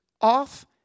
off